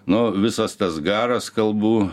nu visas tas garas kalbų